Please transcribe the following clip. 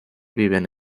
viven